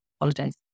holidays